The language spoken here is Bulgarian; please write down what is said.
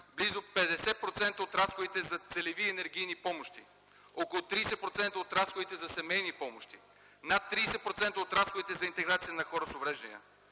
близо 50% за разходите за целеви енергийни помощи, около 30% от разходите за семейни помощи, над 30% от разходите за интеграция на хора с увреждания.